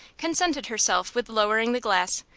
contented herself with lowering the gas,